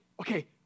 Okay